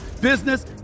business